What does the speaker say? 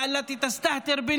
(זה מה שאנו פועלים